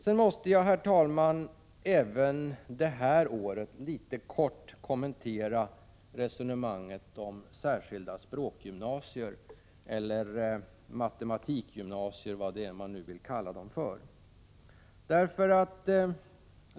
Sedan måste jag, herr talman, även det här året litet kort kommentera resonemanget om särskilda språkgymnasier eller matematikgymnasier, vad det nu är man vill kalla dem för.